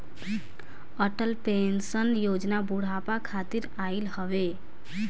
Atal pension योजना बुढ़ापा खातिर आईल हवे